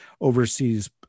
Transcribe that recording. overseas